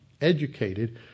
educated